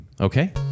Okay